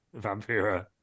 Vampira